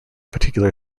particular